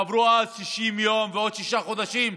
עברו מאז 60 יום ועוד שישה חודשים.